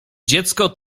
dziecko